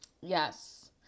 Yes